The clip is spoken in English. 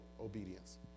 obedience